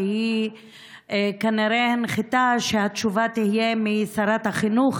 שהיא כנראה הנחתה שהתשובה תהיה משרת החינוך,